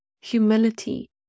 humility